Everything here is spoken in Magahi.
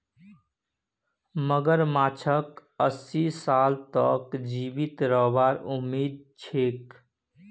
मगरमच्छक अस्सी साल तक जीवित रहबार उम्मीद छेक